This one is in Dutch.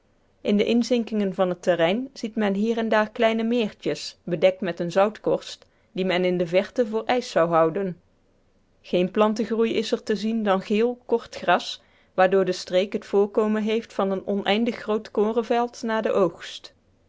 in de inzinkingen van het terrein ziet men hier en daar kleine meertjes bedekt met eene zoutkorst die men in de verte voor ijs zou houden geen plantengroei is er te zien dan geel kort gras waardoor de streek het voorkomen heeft van een oneindig groot korenveld na den oogst